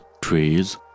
trees